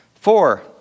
Four